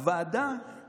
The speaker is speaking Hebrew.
הוועדה